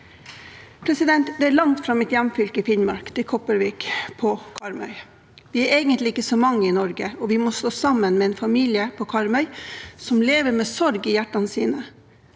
har skjedd. Det er langt fra mitt hjemfylke, Finnmark, til Kopervik på Karmøy. Vi er egentlig ikke så mange i Norge, og vi må stå sammen med en familie på Karmøy som lever med sorg i hjertet, og